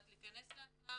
רק להכנס לאתר,